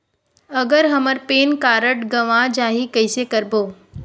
अगर हमर pan card गवां जाही कइसे करबो?